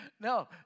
No